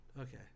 Okay